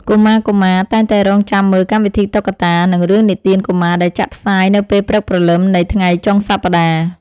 កុមារៗតែងតែរង់ចាំមើលកម្មវិធីតុក្កតា និងរឿងនិទានកុមារដែលចាក់ផ្សាយនៅពេលព្រឹកព្រលឹមនៃថ្ងៃចុងសប្តាហ៍។